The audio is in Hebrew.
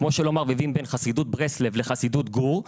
כמו שלא מערבבים בין חסידות ברסלב לחסידות גור,